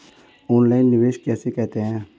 Online निवेश किसे कहते हैं?